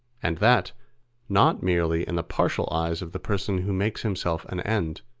and that not merely in the partial eyes of the person who makes himself an end,